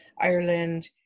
ireland